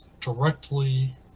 directly